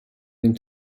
den